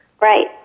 Right